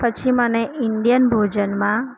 પછી મને ઇંડિયન ભોજનમાં